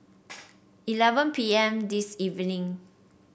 eleven P M this evening